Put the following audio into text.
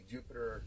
Jupiter